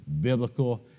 biblical